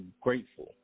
grateful